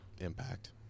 impact